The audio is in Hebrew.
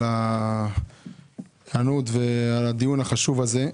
על ההיענות ועל הדיון החשוב הזה.